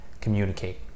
communicate